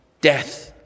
death